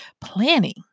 planning